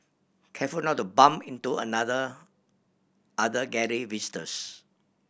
careful not to bump into another other Gallery visitors